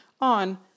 on